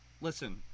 Listen